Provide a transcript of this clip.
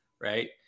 Right